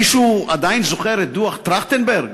מישהו עדיין זוכר את דוח טרכטנברג?